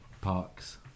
parks